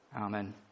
Amen